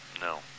no